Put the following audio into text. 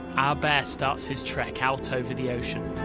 our bear starts his trek out over the ocean,